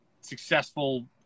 successful